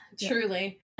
Truly